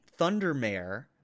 Thundermare